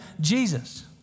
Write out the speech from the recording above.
Jesus